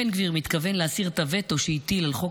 בן גביר מתכוון להסיר את הווטו שהטיל על חוק